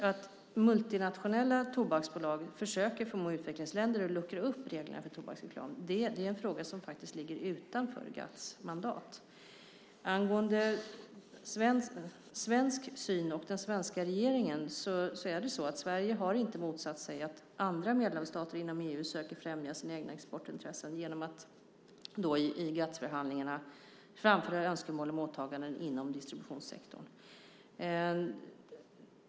Att multinationella tobaksbolag försöker förmå utvecklingsländer att luckra upp reglerna för tobaksreklam är en fråga som faktiskt ligger utanför GATS mandat. Angående den svenska synen och den svenska regeringen är det så att Sverige inte har motsatt sig att andra medlemsstater inom EU söker främja sina egna exportintressen genom att i GATS-förhandlingarna framföra önskemål om åtaganden inom distributionssektorn.